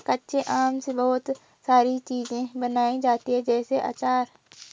कच्चे आम से बहुत सारी चीज़ें बनाई जाती है जैसे आचार